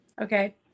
okay